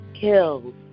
kills